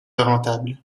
rentable